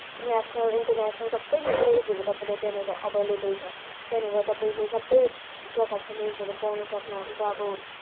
national international सबै न्युजहरू तपाईँले त्यहाँनिर अभेइलेबल छ त्यहाँनिर तपाईँले सबै प्रकारको न्युजहरू पाउन सक्नुहुन्छ अब